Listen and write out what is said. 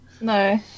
No